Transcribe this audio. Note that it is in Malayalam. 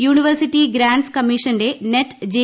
യൂണിവേഴ്സിറ്റി ഗ്രാന്റ് കമ്മീഷന്റെ നെറ്റ് ജെ